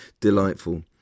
delightful